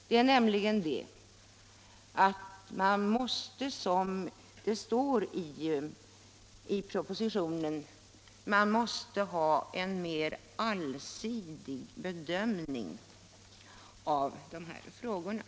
Vi anser nämligen att man måste, som det står i propositionen, göra en mer allsidig bedömning av de här frågorna.